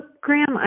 Graham